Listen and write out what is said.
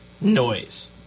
noise